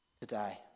today